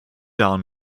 down